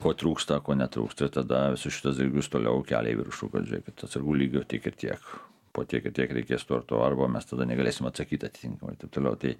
ko trūksta ko netrūksta tada visus šituos dalykus toliau kelia į viršų kad žiūrėkit atsargų lygio tiek ir tiek po tiek ir kiek reikės to ir to arba mes tada negalėsim atsakyti atitinkama taip toliau tai